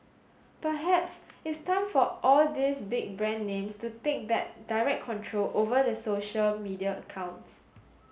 perhaps it's time for all these big brand names to take back direct control over their social media accounts